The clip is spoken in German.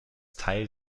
teil